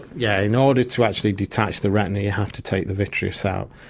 yeah in order to actually detach the retina you have to take the vitreous out.